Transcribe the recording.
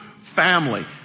family